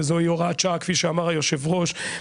וזוהי הוראת שעה כפי שאמר היושב ראש,